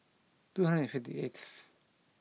two hundred and fifty eighth